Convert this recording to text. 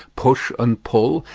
push and pull,